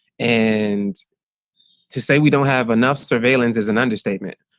and to say we don't have enough surveillance is an understatement.